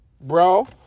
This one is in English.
Bro